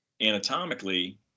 anatomically